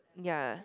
ya